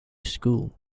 school